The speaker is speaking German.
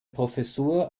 professur